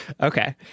Okay